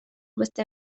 beste